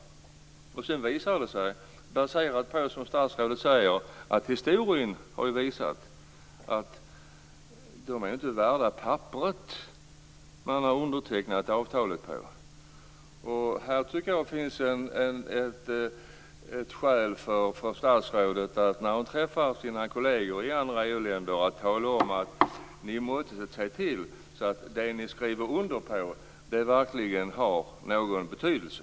Sedan visar historien, som statsrådet säger, att dessa inte är värda papperet de är skrivna på. Här tycker jag att det finns skäl för statsrådet, när hon träffar sina kolleger i andra EU-länder, att säga: Ni måste se till att det ni skriver under verkligen har någon betydelse.